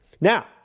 Now